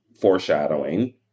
foreshadowing